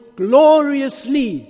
gloriously